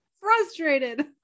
frustrated